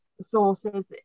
sources